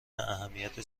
اهمیت